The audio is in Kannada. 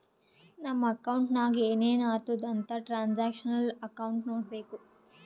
ನಮ್ ಅಕೌಂಟ್ನಾಗ್ ಏನೇನು ಆತುದ್ ಅಂತ್ ಟ್ರಾನ್ಸ್ಅಕ್ಷನಲ್ ಅಕೌಂಟ್ ನೋಡ್ಬೇಕು